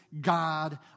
God